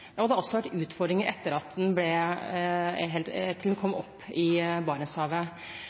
Det har også vært utfordringer etter at den kom i Barentshavet. Tilsynet har hatt flere tilsyn med Goliat også etter at den ble satt i